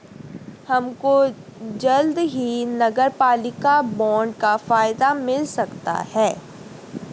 हमको जल्द ही नगरपालिका बॉन्ड का फायदा मिल सकता है